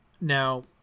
Now